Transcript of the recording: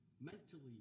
mentally